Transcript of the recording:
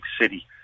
city